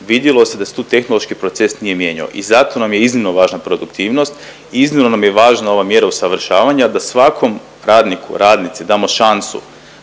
vidjelo se da se tu tehnološki proces nije mijenjao. I zato nam je iznimno važna produktivnost, iznimno nam je važna ova mjera usavršavanja da svakom radniku, radnici damo šansu